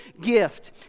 gift